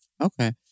Okay